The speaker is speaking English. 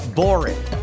boring